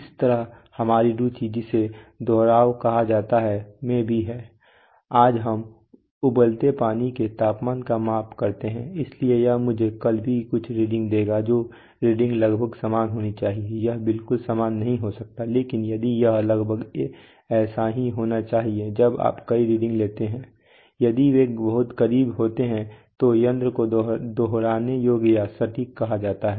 इस तरह हमारी रुचि जिसे दोहराव कहा जाता है में भी है आज हम उबलते पानी के तापमान का माप करते हैं इसलिए यह मुझे कल भी कुछ रीडिंग देगा जो रीडिंग लगभग समान होना चाहिए यह बिल्कुल समान नहीं हो सकता है लेकिन यदि यह लगभग ऐसा ही होना चाहिए जब आप कई रीडिंग लेते हैं यदि वे बहुत करीब होते हैं तो यंत्र को दोहराने योग्य या सटीक कहा जाता है